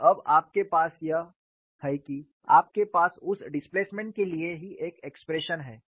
और अब आपके पास यह है कि आपके पास उस डिस्प्लेसमेंट के लिए ही एक एक्सप्रेशन है